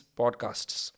podcasts